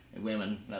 women